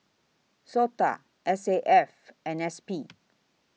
Sota S A F and S P